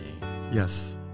Yes